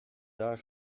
daar